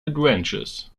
adventures